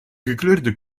gekleurde